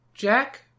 Jack